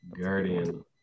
Guardian